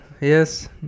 Yes